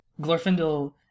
Glorfindel